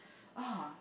ah